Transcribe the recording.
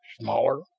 smaller